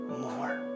more